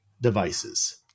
devices